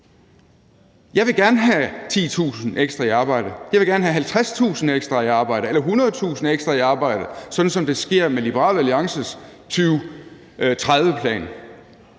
Jeg vil gerne have 10.000 ekstra i arbejde, jeg vil gerne have 50.000 ekstra i arbejde eller 100.000 ekstra i arbejde, sådan som det sker med Liberal Alliances 2030-plan.